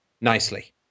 nicely